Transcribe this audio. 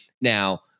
Now